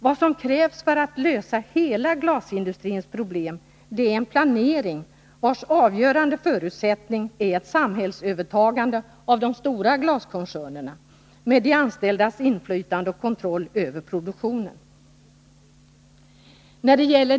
Vad som krävs för lösande av hela glasindustrins problem är en planering, vars avgörande förutsättning är att samhället övertar de stora glaskoncernerna och att de anställda ges inflytande och kontroll över produktionen.